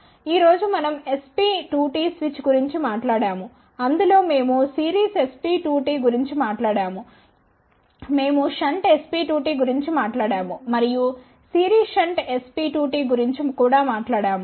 ఈ రోజు మనం SP2T స్విచ్ గురించి మాట్లాడాము అందులో మేము సిరీస్ SP2T గురించి మాట్లాడాము మేము షంట్ SP2T గురించి మాట్లాడాము మరియు సిరీస్ షంట్ SP2T గురించి కూడా మాట్లాడాము